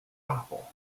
apple